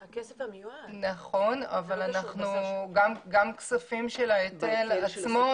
נכון, אבל גם כספים של ההיטל עצמו,